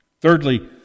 Thirdly